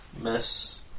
Miss